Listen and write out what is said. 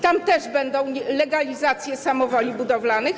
Tam też będą legalizacje samowoli budowlanych?